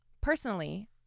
Personally